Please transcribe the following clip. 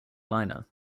liner